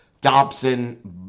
Dobson